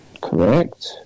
Correct